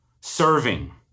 serving